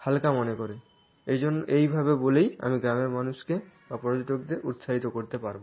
হালকা মনে করে এই জন্য এইভাবে বলেই আমি গ্রামের মানুষকে বা পর্যটকদের উৎসাহিত করতে পারব